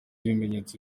ibimenyetso